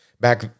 back